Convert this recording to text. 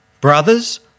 Brothers